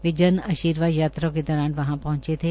वे जन आशीर्वाद यात्रा के दौरान वहां पहुंचे थे